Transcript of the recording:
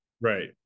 Right